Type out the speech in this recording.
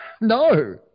no